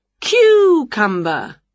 Cucumber